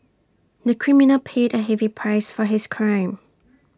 the criminal paid A heavy price for his crime